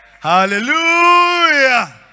Hallelujah